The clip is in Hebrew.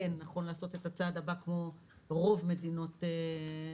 נכון לעשות את הצד הבא כמו רוב מדינות העולם.